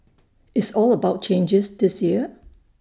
it's all about changes this year